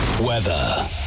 Weather